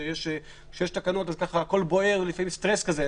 שיש תקנות אז ככה הכול בוער ויש סטרס כזה.